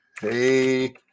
Hey